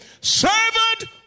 servant